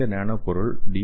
இந்த நானோ பொருள் டி